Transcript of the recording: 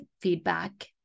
feedback